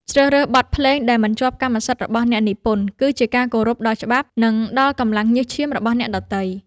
ជ្រើសរើសបទភ្លេងដែលមិនជាប់កម្មសិទ្ធិរបស់អ្នកនិពន្ធគឺជាការគោរពដល់ច្បាប់ និងដល់កម្លាំងញើសឈាមរបស់អ្នកដទៃ។